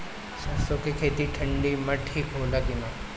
सरसो के खेती ठंडी में ठिक होला कि ना?